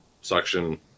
suction